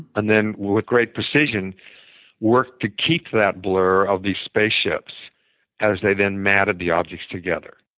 and then with great precision worked to keep that blur of these space ships as they then matted the objects together.